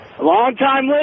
Long-time